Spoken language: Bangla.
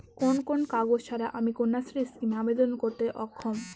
কোন কোন কাগজ ছাড়া আমি কন্যাশ্রী স্কিমে আবেদন করতে অক্ষম?